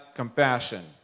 compassion